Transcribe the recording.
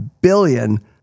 billion